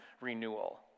renewal